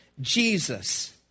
Jesus